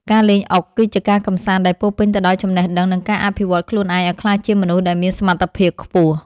ការលេងអុកគឺជាការកម្សាន្តដែលពោរពេញទៅដោយចំណេះដឹងនិងការអភិវឌ្ឍខ្លួនឯងឱ្យក្លាយជាមនុស្សដែលមានសមត្ថភាពខ្ពស់។